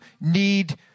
need